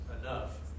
enough